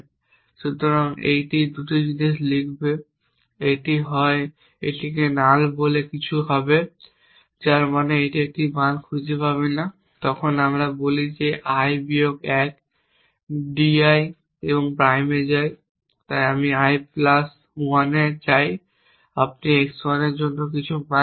সুতরাং এটি 2টি জিনিস লিখবে এটি হয় এটিকে নাল বলে কিছু হবে যার মানে এটি একটি মান খুঁজে পাবে না তখন আমরা বলি আমি i বিয়োগ 1 D i প্রাইম এ যায় তাই আমি i প্লাস 1 এ যায় আপনি x 1 এর জন্য কিছু মান পেয়েছেন